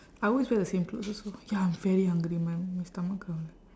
I always wear the same clothes also ya I'm very hungry my my stomach growl